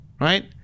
right